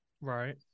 Right